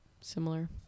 similar